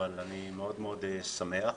אני מאוד מאוד שמח.